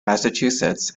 massachusetts